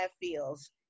feels